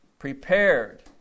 Prepared